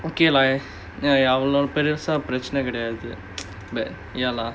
okay lah அவ்ளோ பெருசா பிரச்னை கிடையாது:avlo perusaa pirachanai kidaiyaathu but ya lah